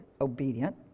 obedient